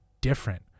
different